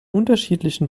unterschiedlichen